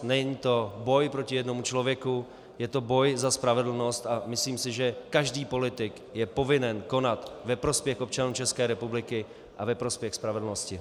Není to boj proti jednomu člověku, je to boj za spravedlnost a myslím si, že každý politik je povinen konat ve prospěch občanů ČR a ve prospěch spravedlnosti.